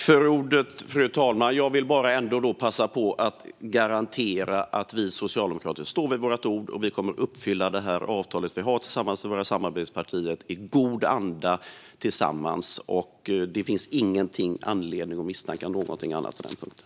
Fru talman! Jag vill bara passa på att garantera att vi socialdemokrater står fast vid vårt ord. Vi kommer i god anda att uppfylla det avtal som vi har tillsammans med våra samarbetspartier. Det finns ingen anledning att misstänka någonting annat på den punkten.